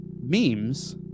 memes